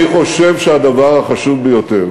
אני חושב שהדבר החשוב ביותר